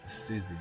season